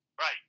right